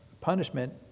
punishment